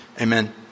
Amen